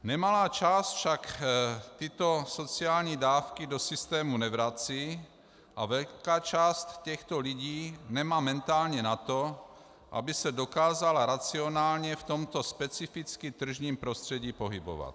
Nemalá část však tyto sociální dávky do systému nevrací a velká část těchto lidí nemá mentálně na to, aby se dokázala racionálně v tomto specificky tržním prostředí pohybovat.